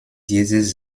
dieses